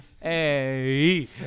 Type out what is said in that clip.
Hey